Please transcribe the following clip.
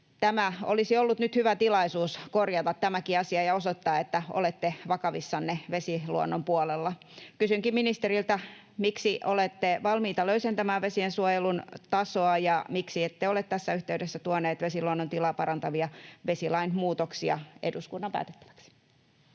olisi ollut nyt hyvä tilaisuus korjata tämäkin asia ja osoittaa, että olette vakavissanne vesiluonnon puolella. Kysynkin ministeriltä: miksi olette valmiita löysentämään vesiensuojelun tasoa, ja miksi ette ole tässä yhteydessä tuonut vesiluonnon tilaa parantavia vesilain muutoksia eduskunnan päätettäviksi?